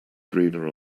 greener